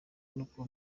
nuko